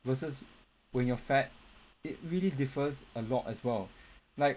versus when you're fat it really differs a lot as well like